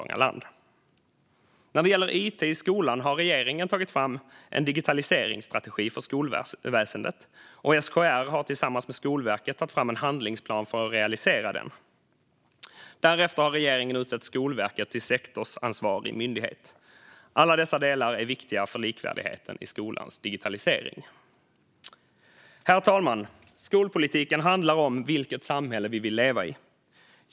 När det gäller it i skolan har regeringen tagit fram en digitaliseringsstrategi för skolväsendet, och SKR har tillsammans med Skolverket tagit fram en handlingsplan för att realisera den. Därefter har regeringen utsett Skolverket till sektorsansvarig myndighet. Alla dessa delar är viktiga för likvärdigheten i skolans digitalisering. Herr talman! Skolpolitiken handlar om vilket samhälle vi vill leva i.